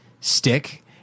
stick